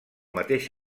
mateix